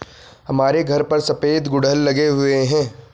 हमारे घर पर सफेद गुड़हल लगे हुए हैं